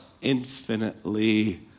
infinitely